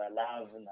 love